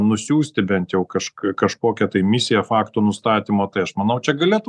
nusiųsti bent jau kažk kažkokią tai misiją faktų nustatymo tai aš manau čia galėtų